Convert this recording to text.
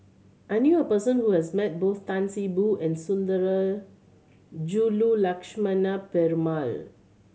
I knew a person who has met both Tan See Boo and Sundarajulu Lakshmana Perumal